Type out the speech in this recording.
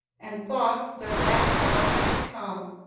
and thought their last hour had come.